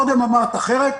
קודם אמרת אחרת.